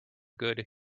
good